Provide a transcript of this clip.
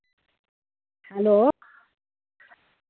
hello